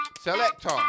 selector